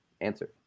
answer